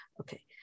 okay